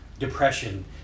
Depression